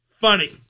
funny